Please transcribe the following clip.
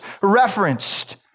referenced